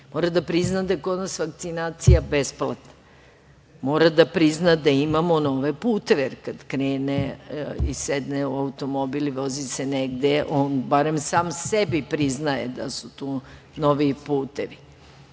mora da prizna da je kod nas vakcinacija besplatna. Mora da prizna da imamo nove puteve, jer kad krene i sedne u automobil i vozi se negde, on barem sam sebi priznaje da su tu noviji putevi.